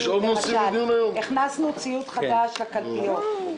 הכנסנו ציוד חדש לקלפיות.